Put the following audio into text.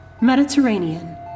Mediterranean